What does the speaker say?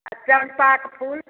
आ चम्पाके फुल